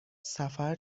سفر